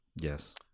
Yes